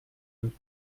and